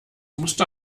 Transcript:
musste